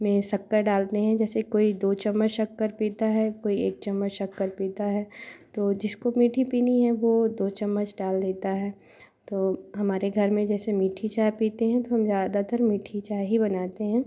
में शक्कर डालते हैं जैसे कोई दो चम्मच शक्कर पीता है कोई एक चम्मच शक्कर पीता है तो जिसको मीठी पीनी है वह दो चम्मच डाल देता है तो हमारे घर में जैसे मीठी चाय पीते हैं तो हम ज़्यादातर मीठी चाय ही बनाते हैं